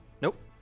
Nope